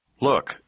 Look